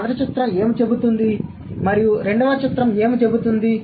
మొదటి చిత్రం ఏమి చెబుతుంది మరియు రెండవ చిత్రం ఏమి చెబుతుంది